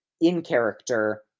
in-character